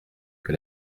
que